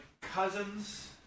cousins